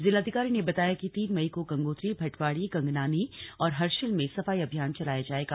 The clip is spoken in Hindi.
जिलाधिकारी ने बताया कि तीन मई को गंगोत्री भटवाड़ी गंगनानी और हर्षिल में सफाई अभियान चलाया जायेगा